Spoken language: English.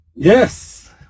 Yes